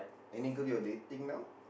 any girl you are dating now